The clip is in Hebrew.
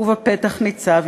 / ובפתח ניצב,